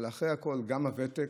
אבל אחרי הכול גם הוותק,